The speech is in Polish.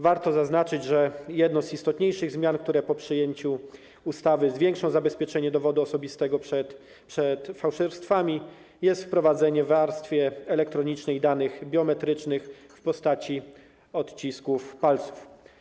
Warto zaznaczyć, że jedną z istotniejszych zmian, które po przyjęciu ustawy spowodują poprawę zabezpieczenia dowodu osobistego przed fałszerstwami, jest wprowadzenie w warstwie elektronicznej danych biometrycznych w postaci odcisków palców.